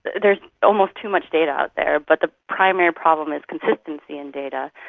there's almost too much data there, but the primary problem is consistency in data.